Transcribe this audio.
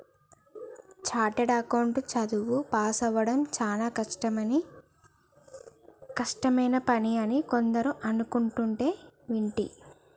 chartered account చదువు పాసవ్వడం చానా కష్టమైన పని అని కొందరు అనుకుంటంటే వింటి